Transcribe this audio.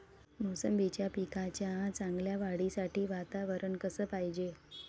मोसंबीच्या पिकाच्या चांगल्या वाढीसाठी वातावरन कस पायजे?